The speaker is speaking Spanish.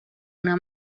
una